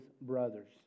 brothers